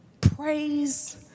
Praise